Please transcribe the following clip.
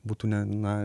būtų ne na